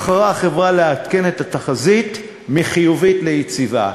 בחרה החברה לעדכן את התחזית מחיובית ליציבה.